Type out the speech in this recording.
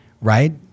right